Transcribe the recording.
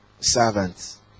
servants